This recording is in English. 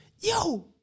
yo